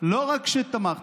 לא רק שתמכתם.